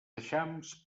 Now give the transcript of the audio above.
eixams